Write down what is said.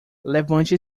levante